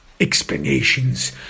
explanations